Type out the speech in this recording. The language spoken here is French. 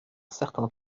certain